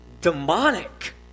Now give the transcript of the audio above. demonic